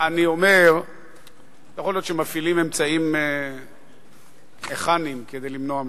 יכול להיות שמפעילים אמצעים מכניים כדי למנוע ממני.